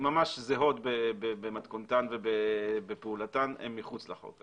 זהות ממש במתכונתן ובפעולתן הן מחוץ לחוק.